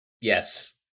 Yes